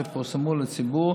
שפורסמו לציבור,